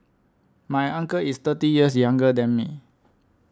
my uncle is thirty years younger than me